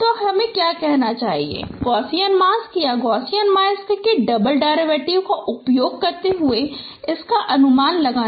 तो हमें कहना चाहिए कि गॉससियन मास्क या गॉससियन मास्क के डबल डेरिवेटिव का उपयोग करते हुए अनुमान लगाना